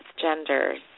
genders